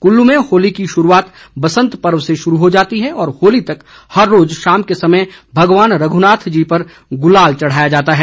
कुल्लू में होली की शुरूआत बसंत पर्व से शुरू हो जाती है और होली तक हर रोज शाम के समय भगवान रघुनाथ जी पर गुलाल चढ़ाया जाता है